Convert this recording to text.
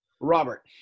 Robert